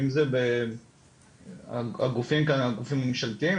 אם זה הגופים הממשלתיים,